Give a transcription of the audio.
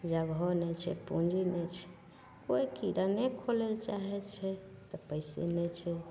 जगह नहि छै पूँजी नहि छै कोइ किराने खोलै ले चाहै छै पइसे नहि छै